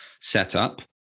setup